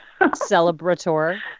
Celebrator